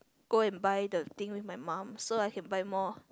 go and buy the thing with my mum so I can buy more